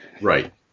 right